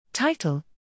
Title